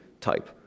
type